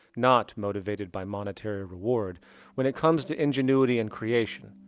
not motivated by monetary reward when it comes to ingenuity and creation.